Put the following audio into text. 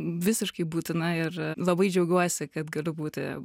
visiškai būtina ir labai džiaugiuosi kad galiu būti